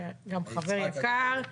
שהוא גם חבר יקר,